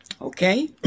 Okay